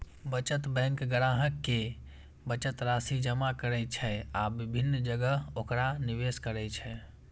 बचत बैंक ग्राहक के बचत राशि जमा करै छै आ विभिन्न जगह ओकरा निवेश करै छै